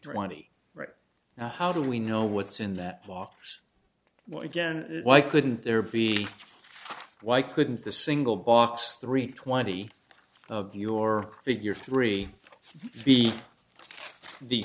twenty right now how do we know what's in that box again why couldn't there be why couldn't the single box three twenty of your figure three be the